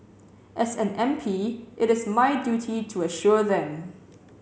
as an M P it is my duty to assure them